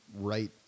right